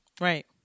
Right